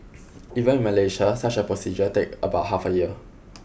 even in Malaysia such a procedure take about half a year